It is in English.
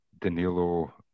Danilo